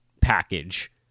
package